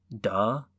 duh